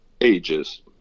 ages